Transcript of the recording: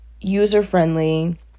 user-friendly